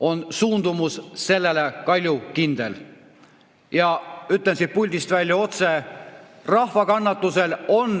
on suundumus sellele kaljukindel. Ütlen siit puldist otse välja: rahva kannatusel on